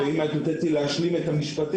ואם היית נותנת לי להשלים את המשפטים,